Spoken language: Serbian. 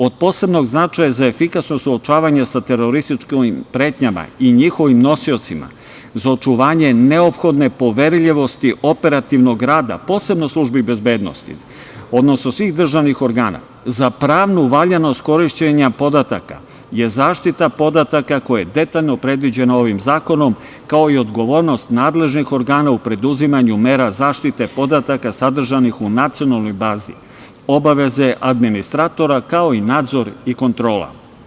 Od posebnog značaja za efikasno suočavanje sa terorističkim pretnjama i njihovim nosiocima za očuvanje neophodne poverljivosti operativnog rada, posebno službi bezbednosti, odnosno svih državnih organa, za pravnu valjanost korišćenja podataka je zaštita podataka koja je detaljno predviđena ovim zakonom, kao i odgovornost nadležnih organa u preduzimanju mera zaštite podataka sadržanih u nacionalnoj bazi, obaveze administratora, kao i nadzor i kontrola.